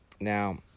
Now